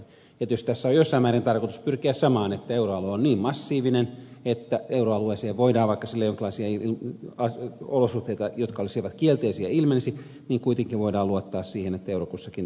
ja tietysti tässä on jossain määrin tarkoitus pyrkiä samaan että euroalue on niin massiivinen että voidaan vaikka jonkinlaisia olosuhteita jotka olisivat kielteisiä ilmenisi kuitenkin luottaa siihen että euro kussakin tilanteessa toimii